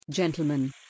Gentlemen